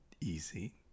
easy